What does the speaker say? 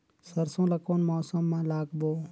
सरसो ला कोन मौसम मा लागबो?